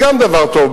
זה גם דבר טוב.